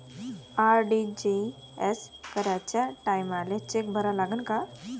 RTGS कराच्या टायमाले cheque भरा लागन का?